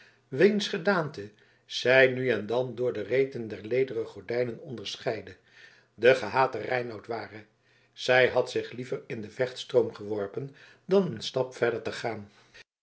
wiens gedaante zij nu en dan door de reten der lederen gordijnen onderscheidde de gehate reinout ware zij had zich liever in den vechtstroom geworpen dan een stap verder te gaan